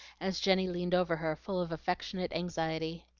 as jenny leaned over her full of affectionate anxiety.